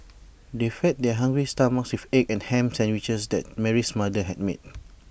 they fed their hungry stomachs with egg and Ham Sandwiches that Mary's mother had made